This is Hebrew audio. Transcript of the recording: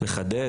לחדד,